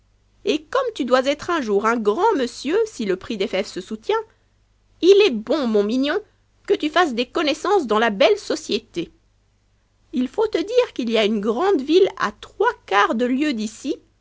et comme tu dois être un jour un grand monsieur si le prix des fèves se soutient il est bon mon mignon que tu fasses des connaissances dans la belle société ii faut te dire qu'il y a une grande ville a trois quarts de lieue d'ici